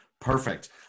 Perfect